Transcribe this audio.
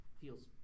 feels